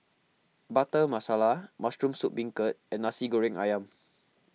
Butter Masala Mushroom Soup Beancurd and Nasi Goreng Ayam